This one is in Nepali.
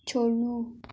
छोड्नु